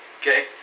Okay